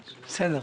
--- בסדר,